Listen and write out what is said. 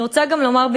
אני רוצה גם לומר,